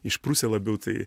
išprusę labiau tai